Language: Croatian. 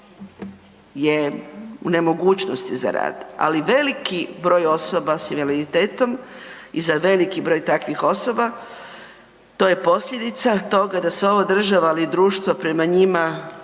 je u nemogućnosti za rad ali veliki broj osoba sa invaliditetom i za veliki broj takvih osoba, to je posljedica toga da se ova država ali i društvo prema njima